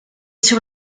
sur